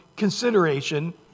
Consideration